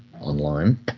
online